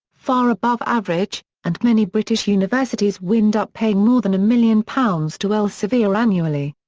far above average, and many british universities wind up paying more than a million pounds to elsevier annually.